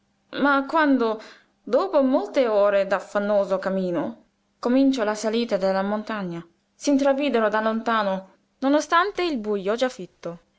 ma quando dopo molte ore d'affannoso cammino cominciò la salita della montagna s'intravidero da lontano non ostante il bujo già fitto